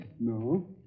No